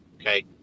Okay